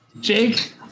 Jake